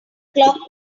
clock